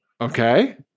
Okay